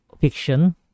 fiction